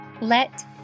Let